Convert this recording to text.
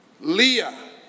Leah